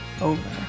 over